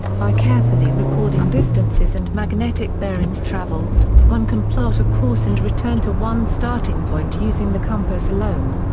by carefully recording distances and magnetic bearings traveled, one can plot a course and return to one's starting point using the compass alone.